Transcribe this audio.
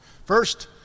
First